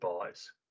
buys